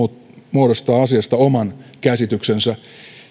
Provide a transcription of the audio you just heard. muodostaa asiasta oman käsityksensä